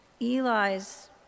Eli's